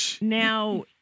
Now